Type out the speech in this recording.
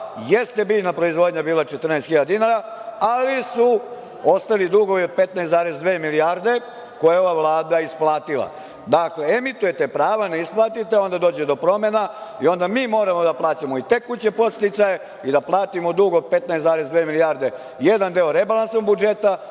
jeste biljna proizvodnja bila 14.000 dinara, ali su ostali dugovi od 15,2 milijarde, koje je ova Vlada isplatila. Dakle, emitujete prava, ne isplatite, onda dođe do promena i onda mi moramo da plaćamo i tekuće podsticaje i da platimo dug od 15,2 milijarde, jedan deo rebalansom budžeta,